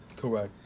Correct